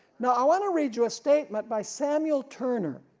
now i want to read you a statement by samuel turner,